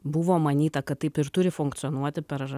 buvo manyta kad taip ir turi funkcionuoti per